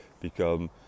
become